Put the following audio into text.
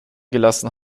gelassen